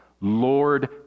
Lord